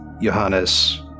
Johannes